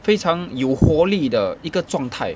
非常有活力的一个状态